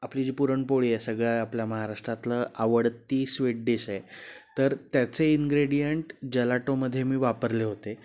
आपली जी पुरणपोळी आहे सगळ्या आपल्या महाराष्ट्रातलं आवडती स्वीट डिश आहे तर त्याचे इंग्रेडियंट जलाटोमध्ये मी वापरले होते